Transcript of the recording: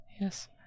Yes